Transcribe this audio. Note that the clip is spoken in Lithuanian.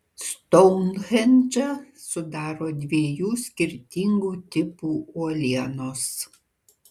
stounhendžą sudaro dviejų skirtingų tipų uolienos